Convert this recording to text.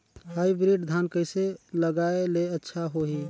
Hybrid धान कइसे लगाय ले अच्छा होही?